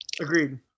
Agreed